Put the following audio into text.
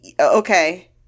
okay